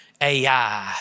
AI